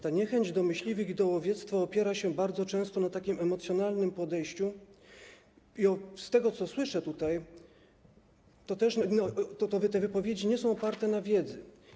Ta niechęć do myśliwych i do łowiectwa opiera się bardzo często na takim emocjonalnym podejściu i z tego, co tutaj słyszę, te wypowiedzi nie są oparte na wiedzy.